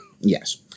Yes